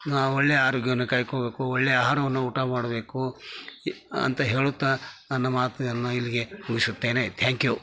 ಒಳ್ಳೆಯ ಆರೋಗ್ಯವನ್ನ ಕಾಯ್ಕೊಬೇಕು ಒಳ್ಳೆಯ ಆಹಾರವನ್ನು ಊಟ ಮಾಡಬೇಕು ಅಂತ ಹೇಳುತ್ತಾ ನನ್ನ ಮಾತನ್ನ ಇಲ್ಲಿಗೆ ಮುಗಿಸುತ್ತೇನೆ ಥ್ಯಾಂಕ್ ಯು